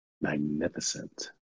magnificent